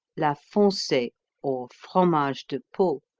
la foncee or fromage de pau,